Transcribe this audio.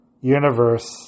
universe